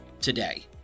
today